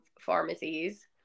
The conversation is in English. pharmacies